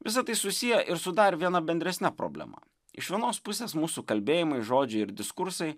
visa tai susiję ir su dar viena bendresne problema iš vienos pusės mūsų kalbėjimai žodžiai ir diskursai